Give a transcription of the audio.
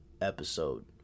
episode